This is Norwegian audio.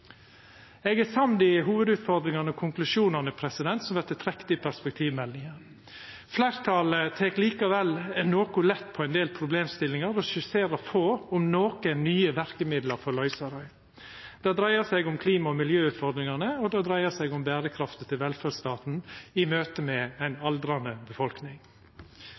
Eg er samd i hovudutfordringane og konklusjonane som vert trekte i perspektivmeldinga. Fleirtalet tek likevel noko lett på ein del problemstillingar og skisserer få – om nokon – nye verkemiddel for å løysa dei. Det dreiar seg om klima- og miljøutfordringane, og det dreiar seg om berekrafta til velferdsstaten i møte med ei aldrande befolkning.